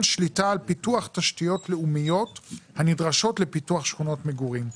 שליטה על פיתוח תשתיות לאומיות הנדרשות לפיתוח שכונות מגורים.